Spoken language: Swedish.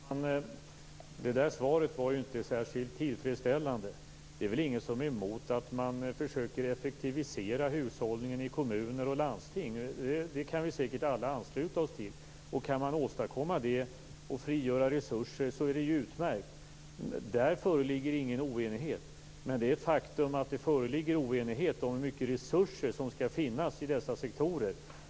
Herr talman! Det där svaret var inte särskilt tillfredsställande. Det är väl ingen som är emot att man försöker effektivisera hushållningen i kommuner och landsting. Det kan vi säkert alla ansluta oss till. Om man kan åstadkomma det och frigöra resurser är det utmärkt. Där föreligger ingen oenighet. Men det är ett faktum att det föreligger oenighet om hur mycket resurser som skall finnas i dessa sektorer.